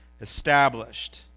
Established